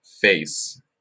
face